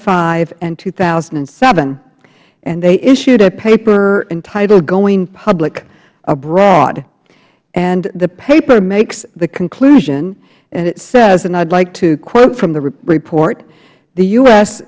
five and two thousand and seven and they issued a paper entitled going public abroad and the paper makes the conclusion and it says and i'd like to quote from the report the u